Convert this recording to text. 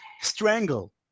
strangle